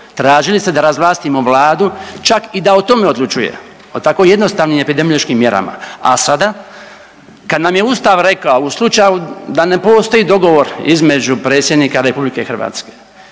Tražili ste da razvlastimo Vladu, čak i da o tome odlučuje, o tako jednostavnim epidemiološkim mjerama, a sada, kad nam je Ustav rekao, u slučaju da ne postoji dogovor između Predsjednika RH i Vlade